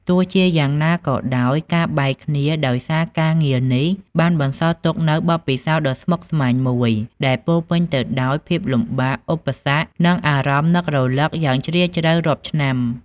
ទោះជាយ៉ាងណាក៏ដោយ ការបែកគ្នាដោយសារការងារនេះ បានបន្សល់ទុកនូវបទពិសោធន៍ដ៏ស្មុគស្មាញមួយ ដែលពោរពេញទៅដោយភាពលំបាក ឧបសគ្គ និងអារម្មណ៍នឹករលឹកយ៉ាងជ្រាលជ្រៅរាប់ឆ្នាំ។